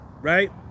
right